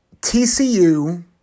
TCU